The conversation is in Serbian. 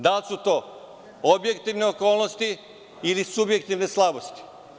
Da li su to objektivne okolnosti ili subjektivne slabosti?